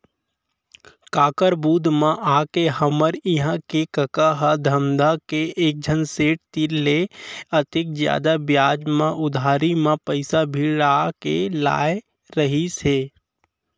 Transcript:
काकर बुध म आके हमर इहां के कका ह धमधा के एकझन सेठ तीर ले अतेक जादा बियाज म उधारी म पइसा भिड़ा के लाय रहिस हे